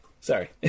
Sorry